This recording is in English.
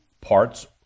parts